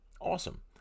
Awesome